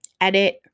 edit